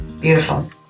Beautiful